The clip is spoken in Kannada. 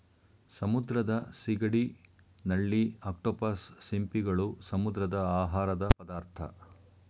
ಸಮುದ್ರದ ಸಿಗಡಿ, ನಳ್ಳಿ, ಅಕ್ಟೋಪಸ್, ಸಿಂಪಿಗಳು, ಸಮುದ್ರದ ಆಹಾರದ ಪದಾರ್ಥ